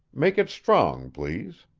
make it strong, please.